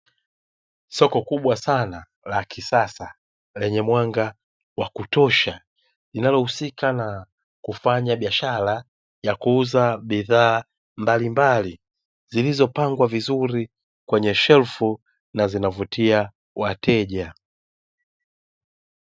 Soko kubwa sana la kisasa lenye mwanga wa kutosha, linalohusika na kufanya biashara ya kuuza bidhaa mbalimbali zilizopangwa vizuri kwenye shelfu na zinavutia wateja.